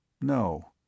no